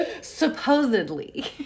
Supposedly